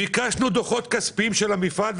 שאל אדוני למה ביקשנו דוחות כספיים של המפעל.